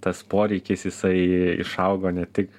tas poreikis jisai išaugo ne tik